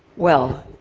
well,